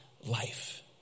life